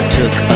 took